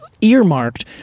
earmarked